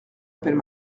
appelle